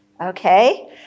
okay